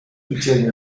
soutiennent